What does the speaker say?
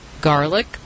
garlic